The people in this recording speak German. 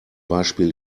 beispiel